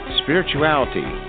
spirituality